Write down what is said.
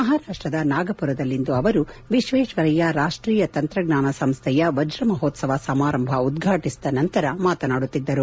ಮಹಾರಾಪ್ಪದ ನಾಗಪುರದಲ್ಲಿಂದು ಅವರು ವಿಶ್ವೇಶ್ವರಯ್ಯ ರಾಷ್ಟೀಯ ತಂತ್ರಜ್ಞಾನ ಸಂಸ್ಥೆಯ ವಜ್ರ ಮಹೋತ್ಲವ ಸಮಾರಂಭ ಉದ್ವಾಟಿಸಿದ ನಂತರ ಮಾತನಾಡುತ್ತಿದ್ದರು